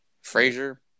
Frazier